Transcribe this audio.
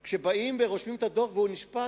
התנועה שהם רושמים דוח והאיש נשפט,